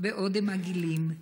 באודם עגילים /